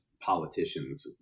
politicians